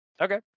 Okay